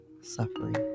suffering